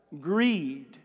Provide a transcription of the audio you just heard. greed